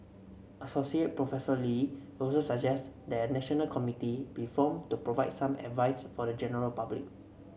associate Professor Lee also suggest that national committee be formed to provide some advice for the general public